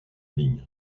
ligne